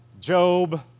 Job